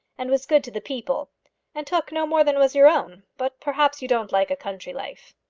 and was good to the people and took no more than was your own. but perhaps you don't like a country life.